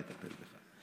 נטפל בך.